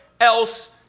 else